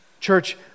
Church